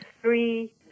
three